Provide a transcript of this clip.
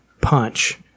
punch